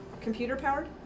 computer-powered